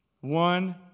One